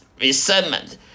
resentment